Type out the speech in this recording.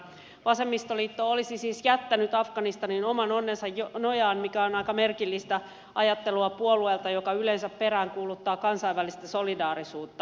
vasemmistoliitto olisi siis jättänyt afganistanin oman onnensa nojaan mikä on aika merkillistä ajattelua puolueelta joka yleensä peräänkuuluttaa kansainvälistä solidaarisuutta